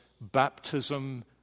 baptism